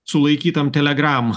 sulaikytam telegram